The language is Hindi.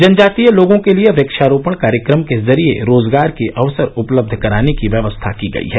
जनजातीय लोगों के लिए वक्षारोपण कार्यक्रम के जरिए रोजगार के अवसर उपलब्ध कराने की व्यवस्था की गयी है